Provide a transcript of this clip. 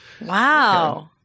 Wow